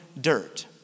dirt